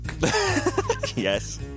Yes